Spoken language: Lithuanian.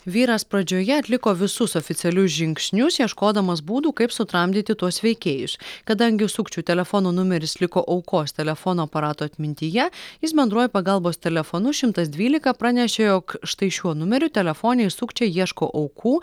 vyras pradžioje atliko visus oficialius žingsnius ieškodamas būdų kaip sutramdyti tuos veikėjus kadangi sukčių telefono numeris liko aukos telefono aparato atmintyje jis bendruoju pagalbos telefonu šimtas dvylika pranešė jog štai šiuo numeriu telefoniniai sukčiai ieško aukų